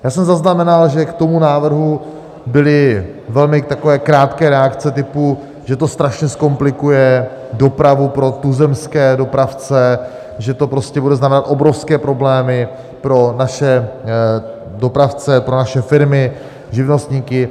Já jsem zaznamenal, že k tomu návrhu byly velmi takové krátké reakce typu, že to strašně zkomplikuje dopravu pro tuzemské dopravce, že to prostě bude znamenat obrovské problémy pro naše dopravce, naše firmy, živnostníky.